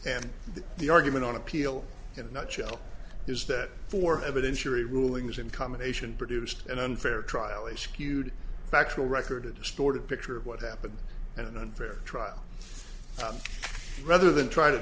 and the argument on appeal in a nutshell is that for evidence yury rulings in combination produced an unfair trial a skewed factual record a distorted picture of what happened an unfair trial rather than try to